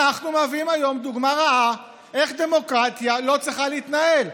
אנחנו מהווים היום דוגמה רעה איך דמוקרטיה לא צריכה להתנהל,